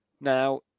now